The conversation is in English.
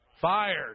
fired